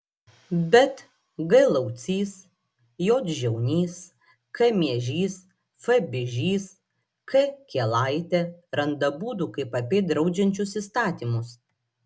bet g laucys j žiaunys k miežys f bižys k kielaitė randa būdų kaip apeit draudžiančius įstatymus